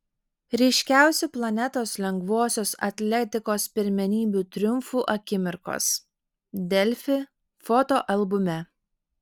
ryškiausių planetos lengvosios atletikos pirmenybių triumfų akimirkos delfi fotoalbume